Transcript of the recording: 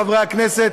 חברי הכנסת,